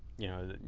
you know,